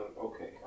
okay